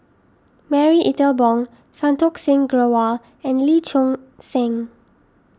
Marie Ethel Bong Santokh Singh Grewal and Lee Choon Seng